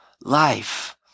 life